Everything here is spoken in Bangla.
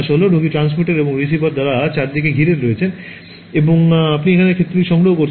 সুতরাং রোগী ট্রান্সমিটার এবং রিসিভার দ্বারা চারদিকে ঘিরে রয়েছে এবং আপনি এখানে ক্ষেত্রটি সংগ্রহ করেন